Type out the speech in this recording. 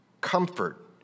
Comfort